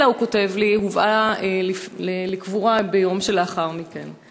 אלה, הוא כותב לי, הובאה לקבורה ביום שלאחר מכן.